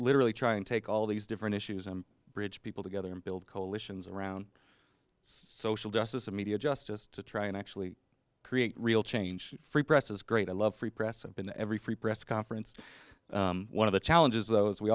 literally try and take all these different issues and bridge people together and build coalitions around social justice and media just just to try and actually create real change free press is great i love free press i've been to every free press conference one of the challenges though is we